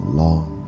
long